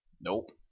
Nope